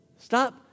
Stop